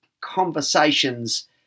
conversations